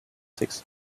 sixty